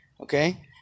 Okay